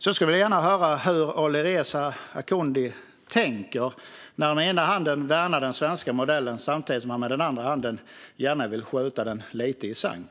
Jag skulle vilja höra hur Alireza Akhondi tänker när han med ena handen värnar den svenska modellen och samtidigt med andra handen gärna vill skjuta den i sank.